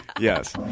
Yes